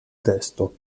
testo